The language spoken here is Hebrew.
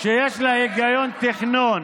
שיש לה היגיון תכנון.